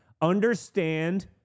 Understand